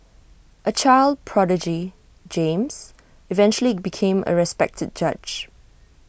A child prodigy James eventually became A respected judge